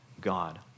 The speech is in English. God